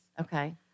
Okay